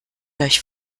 euch